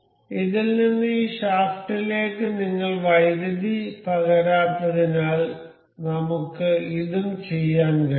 അതിനാൽ ഇതിൽ നിന്ന് ഈ ഷാഫ്റ്റിലേക്ക് നിങ്ങൾ വൈദ്യുതി പകരാത്തതിനാൽ നമുക്ക് ഇതും ചെയ്യാൻ കഴിയും